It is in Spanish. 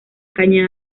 caña